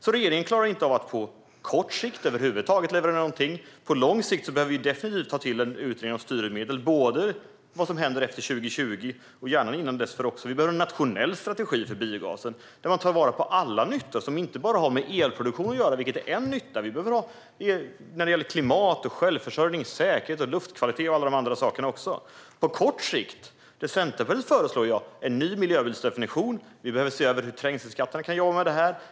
På kort sikt klarar regeringen inte av att leverera någonting över huvud taget. På lång sikt behöver vi definitivt tillsätta en utredning om styrmedel gällande vad som ska hända efter 2020 och gärna även dessförinnan. Vi behöver en nationell strategi för biogasen, där man tar vara på all nytta. Det har inte bara att göra med elproduktion - det är en nytta. Det gäller klimat, självförsörjning, säkerhet, luftkvalitet och alla de andra sakerna också. På kort sikt föreslår Centerpartiet en ny miljöbilsdefinition. Vi behöver se över hur trängselskatterna kan kopplas till det här.